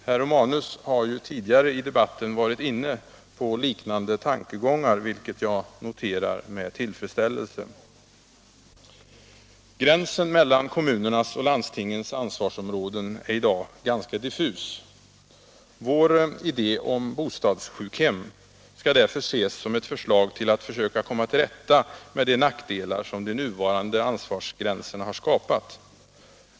Herr Romanus har ju tidigare i debatten varit inne på liknande tankegångar, vilket jag noterar med tillfredsställelse. Gränsen mellan kommunernas och landstingens ansvarsområden är i dag ganska diffus. Vår idé om bostadssjukhem skall därför ses som ett förslag till att försöka komma till rätta med de nackdelar som de nuvarande ansvarsgränserna har skapat.